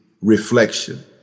reflection